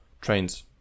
trains